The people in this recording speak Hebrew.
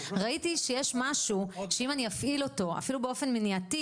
ראיתי שיש משהו שאם אני אפעיל אותו אפילו באופן מניעתי